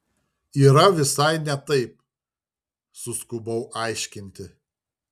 yra visai ne taip suskubau aiškinti